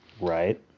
Right